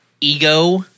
ego